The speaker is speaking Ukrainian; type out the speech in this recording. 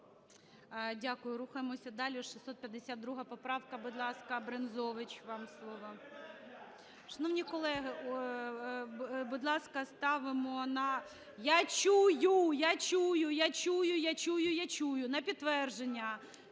Дякую. Рухаємося далі. 652 поправка. Будь ласка, Брензович, вам слово. Шановні колеги, будь ласка, ставимо на… (Шум у залі) Я чую. Я чую! Я чую! Я чую! …на підтвердження,